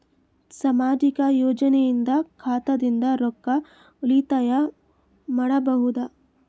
ಸಾಮಾಜಿಕ ಯೋಜನೆಯಿಂದ ಖಾತಾದಿಂದ ರೊಕ್ಕ ಉಳಿತಾಯ ಮಾಡಬಹುದ?